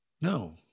no